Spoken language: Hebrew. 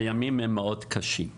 הימים הם מאוד קשים,